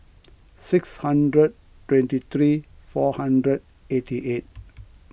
six hundred twenty three four hundred eighty eight